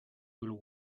will